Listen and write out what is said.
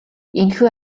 энэхүү